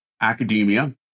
academia